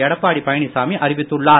எடப்பாடி பழனிச்சாமி அறிவித்துள்ளார்